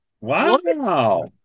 Wow